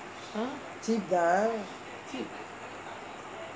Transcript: cheap தா:thaa